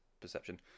perception